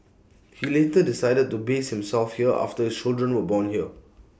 he later decided to base himself here after children were born here